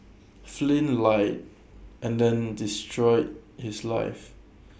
Flynn lied and they destroyed his life